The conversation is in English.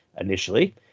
initially